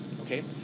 Okay